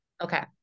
Okay